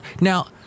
Now